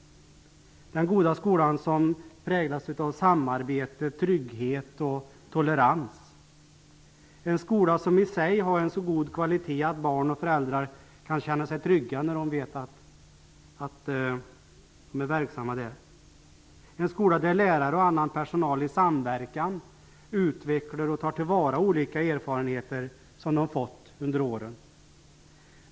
Den goda skolan präglas av samarbete, trygghet och tolerans. Det är en skola som i sig har en så god kvalitet att barn och föräldrar kan känna sig trygga. Det är en skola där lärare och annan personal i samverkan utvecklar och tar till vara olika erfarenheter som de har fått under åren.